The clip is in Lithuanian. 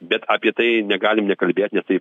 bet apie tai negalim nekalbėt nes tai